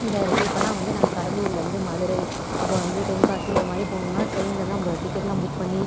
இதாக இருக்குது இப்போலாம் வந்து நாங்கள் கடலூரிலேருந்து மதுரை இப்போ வந்து தென்காசி இந்த மாதிரி போகணுன்னா ட்ரெயினில் தான் போ டிக்கெடெலாம் புக் பண்ணி